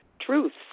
truths